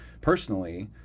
personally